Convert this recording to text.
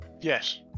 Yes